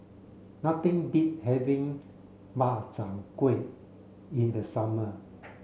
nothing beat having Makchang Gui in the summer